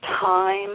time